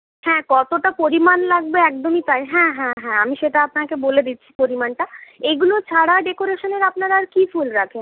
হ্যাঁ কতটা পরিমাণ লাগবে একদমই তাই হ্যাঁ হ্যাঁ হ্যাঁ আমি সেটা আপনাকে বলে দিচ্ছি পরিমাণটা এগুলো ছাড়া ডেকরেশনের আপনারা আর কি ফুল রাখেন